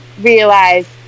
realize